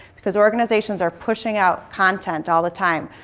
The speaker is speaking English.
because organizations are pushing out content all the time.